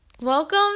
Welcome